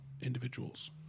individuals